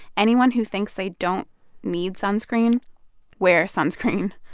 anyone who thinks they don't need sunscreen wear sunscreen.